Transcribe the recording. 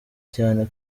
cyane